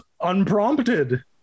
unprompted